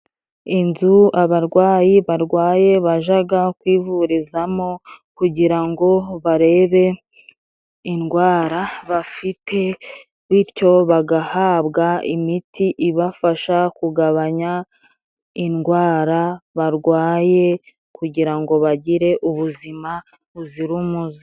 Inzu abarwayi barwaye bajaga kwivurizamo, kugira ngo barebe indwara bafite bityo bagahabwa imiti ibafasha kugabanya indwara ,barwaye kugira ngo bagire ubuzima buzira umuze.